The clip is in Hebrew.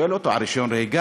הוא שואל אותו על רישיון נהיגה,